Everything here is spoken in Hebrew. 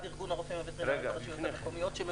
איגוד הרופאים הווטרינריים של הרשויות המקומיות.